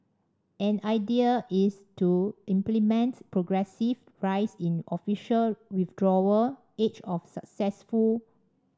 an idea is to implement progressive rise in official withdrawal age of successful